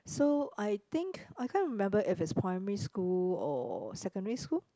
so I think I can't remember if it's primary school or secondary school